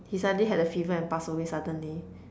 he suddenly had a fever and passed away suddenly